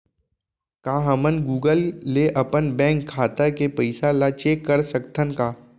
का हमन गूगल ले अपन बैंक खाता के पइसा ला चेक कर सकथन का?